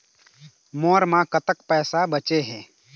मोर म कतक पैसा बचे हे?